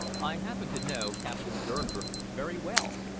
i happen to know captain durnford very well,